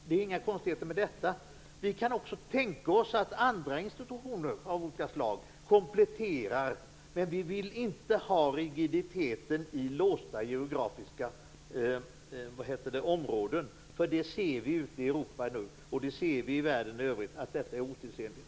Det är inte några konstigheter med detta. Vi kan också tänka oss att andra institutioner av olika slag kompletterar, men vi vill inte ha rigiditeten i låsta geografiska områden. Det ser vi ute i Europa och i världen i övrigt att det är otidsenligt.